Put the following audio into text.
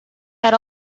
had